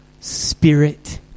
Spirit